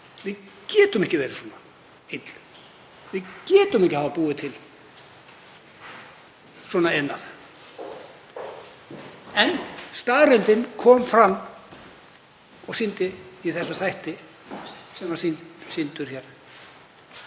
við getum ekki verið svona ill, að við getum ekki hafa búið til svona iðnað. En staðreyndin kom fram og sýndi sig í þætti sem var sýndur hér